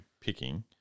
picking